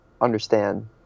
understand